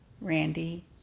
Randy